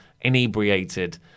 inebriated